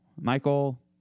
Michael